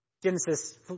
Genesis